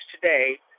today